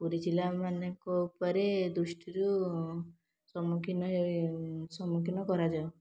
ପୁରୀ ଜିଲ୍ଲାମାନଙ୍କ ଉପରେ ଦୃଷ୍ଟିରୁ ସମ୍ମୁଖୀନ ସମ୍ମୁଖୀନ କରାଯାଉ